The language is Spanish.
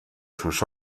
sus